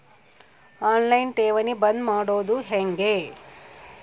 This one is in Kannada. ಆನ್ ಲೈನ್ ಠೇವಣಿ ಬಂದ್ ಮಾಡೋದು ಹೆಂಗೆ?